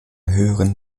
höheren